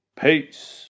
Peace